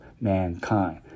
mankind